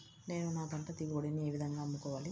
నేను నా పంట దిగుబడిని ఏ విధంగా అమ్ముకోవాలి?